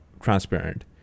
transparent